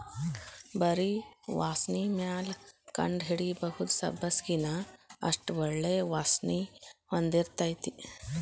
ಬರಿ ವಾಸ್ಣಿಮ್ಯಾಲ ಕಂಡಹಿಡಿಬಹುದ ಸಬ್ಬಸಗಿನಾ ಅಷ್ಟ ಒಳ್ಳೆ ವಾಸ್ಣಿ ಹೊಂದಿರ್ತೈತಿ